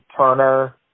Turner